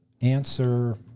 answer